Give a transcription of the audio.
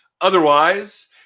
Otherwise